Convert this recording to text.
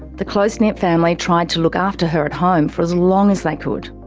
the close knit family tried to look after her at home for as long as they could.